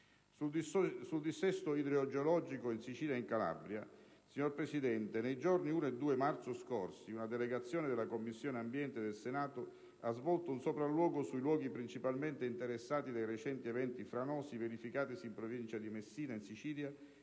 Sul dissesto idrogeologico in Sicilia e in Calabria, signor Presidente, nei giorni 1° e 2 marzo scorsi, una delegazione della Commissione ambiente del Senato ha svolto un sopralluogo sui luoghi principalmente interessati dai recenti eventi franosi verificatisi in Provincia di Messina, in Sicilia,